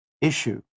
issue